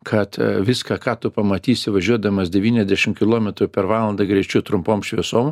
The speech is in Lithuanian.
kad viską ką tu pamatysi važiuodamas devyniasdešim kilometrų per valandą greičiu trumpom šviesom